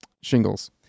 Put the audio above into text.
shingles